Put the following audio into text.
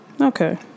Okay